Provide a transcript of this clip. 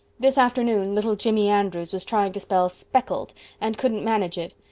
this afternoon little jimmy andrews was trying to spell speckled and couldn't manage it.